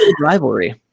rivalry